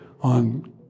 on